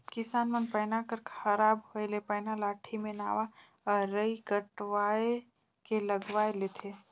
किसान मन पैना कर खराब होए ले पैना लाठी मे नावा अरई कटवाए के लगवाए लेथे